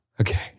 Okay